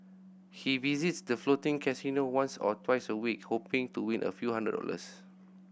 he visits the floating casino once or twice a week hoping to win a few hundred dollars